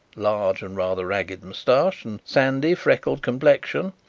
large and rather ragged moustache, and sandy, freckled complexion,